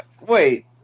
wait